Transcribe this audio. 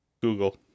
Google